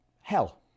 Hell